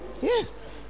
Yes